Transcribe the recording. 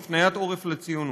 הפניית עורף לציונות.